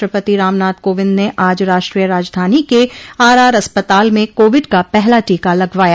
राष्ट्रपति रामनाथ कोविदं ने आज राष्ट्रीय राजधानी के आर आर अस्पताल में कोविड का पहला टीका लगवाया